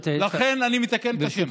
לכן אני מתקן את עצמי.